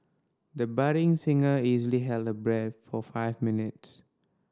the budding singer easily held her breath for five minutes